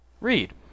Read